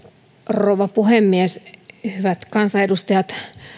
rouva puhemies hyvät kansanedustajat